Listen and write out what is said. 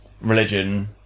religion